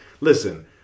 listen